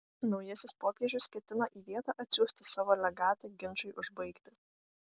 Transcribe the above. naujasis popiežius ketino į vietą atsiųsti savo legatą ginčui užbaigti